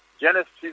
Genesis